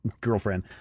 girlfriend